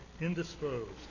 indisposed